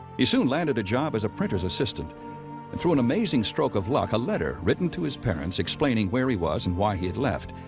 he soon landed a job as a printer's assistant. and through an amazing stroke of luck, a letter written to his parents explaining where he was and why he had left,